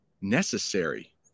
necessary